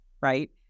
Right